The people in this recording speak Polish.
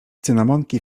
cynamonki